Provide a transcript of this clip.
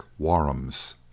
warums